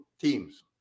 teams